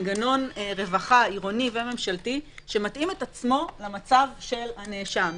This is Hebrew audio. מנגנון רווחה עירוני וממשלתי שמתאים את עצמו למצב של הנאשם.